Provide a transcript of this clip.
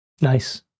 Nice